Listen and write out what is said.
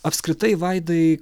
apskritai vaidai